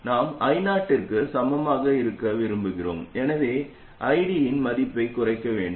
நாம் I0 க்கு சமமாக இருக்க விரும்புகிறோம் எனவே ஐடியின் மதிப்பைக் குறைக்க வேண்டும்